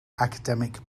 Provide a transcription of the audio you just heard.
academic